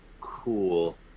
Cool